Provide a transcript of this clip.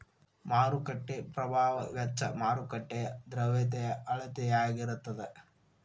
ಮಾರುಕಟ್ಟೆ ಪ್ರಭಾವ ವೆಚ್ಚ ಮಾರುಕಟ್ಟೆಯ ದ್ರವ್ಯತೆಯ ಅಳತೆಯಾಗಿರತದ